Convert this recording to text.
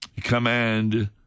command